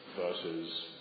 versus